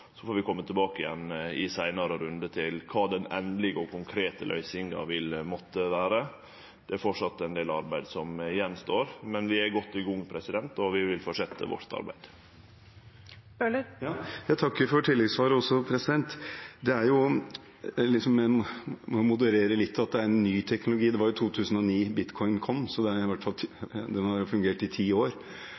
i seinare rundar kome tilbake til kva den endelege og konkrete løysinga vil måtte vere. Det er framleis ein del arbeid som står att, men vi er godt i gang og vil fortsetje arbeidet vårt. Jeg takker også for tilleggssvaret. En må moderere litt at det er ny teknologi. Det var i 2009 Bitcoin kom, så den har jo fungert i ti år.